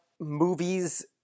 movies